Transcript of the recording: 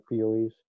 PoEs